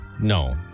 No